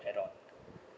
add on